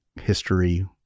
history